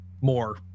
more